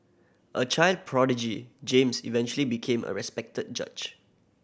a child prodigy James eventually became a respected judge